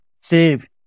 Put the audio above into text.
Save